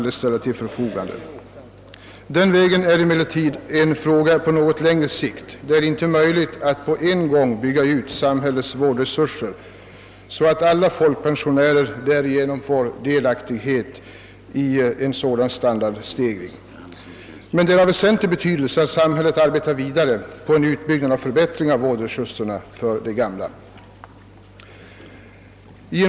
Detta är emellertid en fråga på längre sikt, Det är inte möjligt att på en gång bygga ut samhällets vårdresurser så, att alla folkpensionärer får delaktighet i en sådan standardstegring. Men det är av väsentlig betydelse att samhället arbetar vidare på utbyggnad och förbättring av vårdresurserna för de gamla.